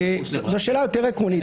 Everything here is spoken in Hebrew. זאת שאלה יותר עקרונית,